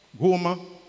Goma